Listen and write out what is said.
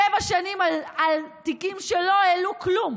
שבע שנים על תיקים שלא העלו כלום,